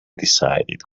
decided